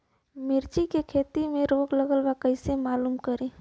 मिर्ची के खेती में रोग लगल बा कईसे मालूम करि?